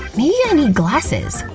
maybe i need glasses,